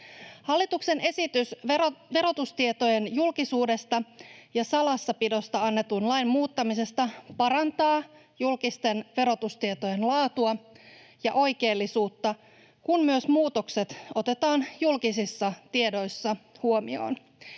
Hallituksen esitys verotustietojen julkisuudesta ja salassapidosta annetun lain muuttamisesta parantaa julkisten verotustietojen laatua ja oikeellisuutta, kun myös muutokset otetaan julkisissa tiedoissa huomioon.